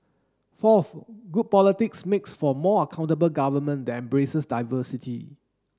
fourth good politics makes for more accountable government that embraces diversity